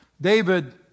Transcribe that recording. David